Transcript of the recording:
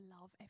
love